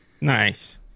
Nice